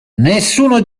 nessuno